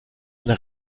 eine